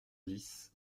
dix